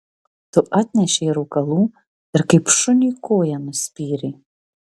tu atnešei rūkalų ir kaip šuniui koja nuspyrei